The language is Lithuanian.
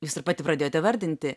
jūs ir pati pradėjote vardinti